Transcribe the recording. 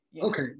Okay